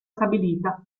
stabilita